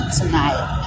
tonight